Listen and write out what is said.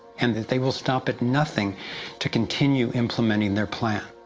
and that they will stop at nothing to continue implementing their plan.